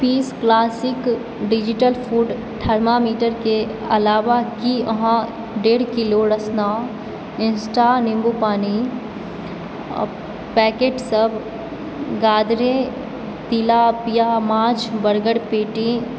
पीस classic digital food thermometer के अलावा की अहाँ डेढ़ किलो रसना इंस्टा नीम्बूपानी पैकेट सब गादरे तिलापिया माछ बर्गर पेटी